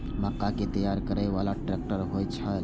मक्का कै तैयार करै बाला ट्रेक्टर होय छै?